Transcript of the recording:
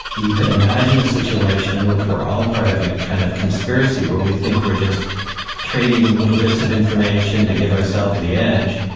you could imagine a situation in which we're all part of a kind of conspiracy, where we think we're just trading little bits of information to give ourselves the edge,